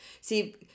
See